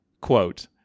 quote